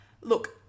look